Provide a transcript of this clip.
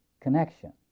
connection